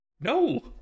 No